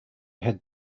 had